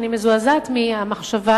שאני מזועזעת מהמחשבה